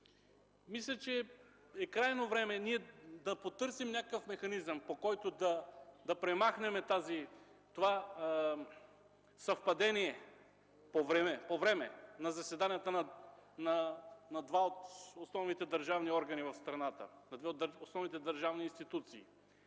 Мисля, че е крайно време ние да потърсим някакъв механизъм, с който да премахнем това съвпадение по време на заседанията на два от основните държавни органа в страната, на две от основните държавни институции,